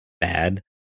bad